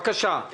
בבקשה.